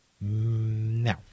Now